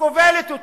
שכובלת אותי.